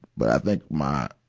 but i think my,